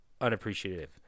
unappreciative